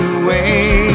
away